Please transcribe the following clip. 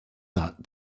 that